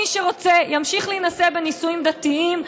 מי שרוצה ימשיך להינשא בנישואים דתיים,